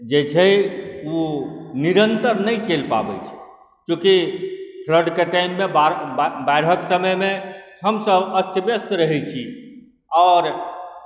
जे छै ओ निरन्तर नहि चलि पाबै छै चूँकि फ्लडके टाइममे बाढ़िके समयमे हमसब अस्तव्यस्त रहै छी आओर